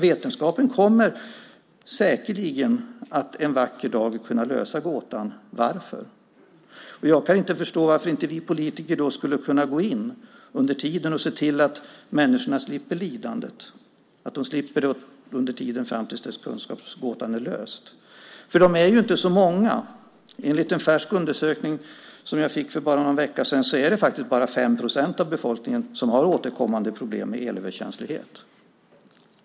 Vetenskapen kommer säkerligen att kunna lösa gåtan en vacker dag. Jag kan inte förstå varför inte vi politiker skulle kunna gå in och se till att människor slipper lidandet tills kunskapsgåtan är löst. De är ju inte så många. Enligt en färsk undersökning som jag fick för någon vecka sedan är det bara 5 procent av befolkningen som har återkommande problem med elöverkänslighet.